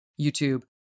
YouTube